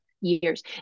years